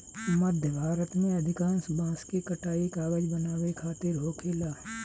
मध्य भारत में अधिकांश बांस के कटाई कागज बनावे खातिर होखेला